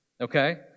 Okay